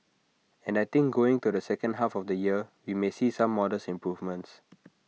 and I think going to the second half of the year we may see some modest improvements